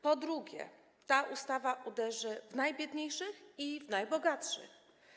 Po drugie, ta ustawa uderzy w najbiedniejszych i w najbogatszych.